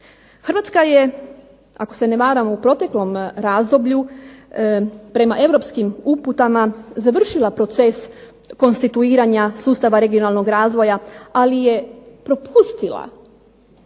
Hrvatska je, ako se ne varam u proteklom razdoblju prema europskim uputama, završila proces konstituiranja sustava regionalnog razvoja, ali je propustila, to